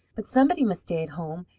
but somebody must stay at home,